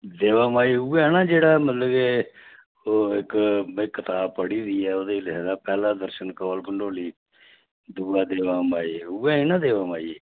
देवा माई उयै ना जेह्ड़ा मतलब ओह् इक में कताब पढ़ी दी ऐ ओह्दे लिखदे दा पैह्ला दर्शन कोल कंडोली दूआ देवा माई उ'यै ना देवा माई